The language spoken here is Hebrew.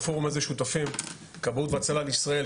בפורום הזה שותפים כבאות והצלה לישראל,